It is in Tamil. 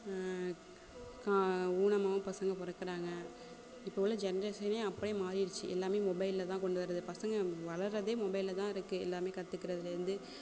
கா ஊனமாகவும் பசங்க பிறக்குறாங்க இப்போ உள்ள ஜென்ரேஷனே அப்படி மாறிடுச்சி எல்லாம் மொபைலில் தான் கொண்டு வருது பசங்க வளர்றதே மொபைலில் தான் இருக்குது எல்லாம் கற்றுக்குறதுலேர்ந்து